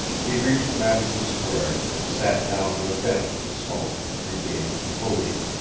he reached madison square, and sat down on a bench to smoke and regain his composure.